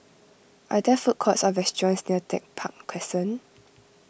are there food courts or restaurants near Tech Park Crescent